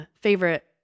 favorite